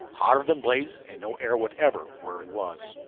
hotter than blazes, and no air whatever where he was.